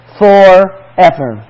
forever